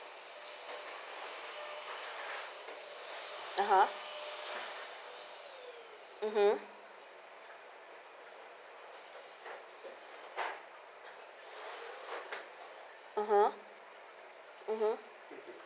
a'ah mmhmm a'ah mmhmm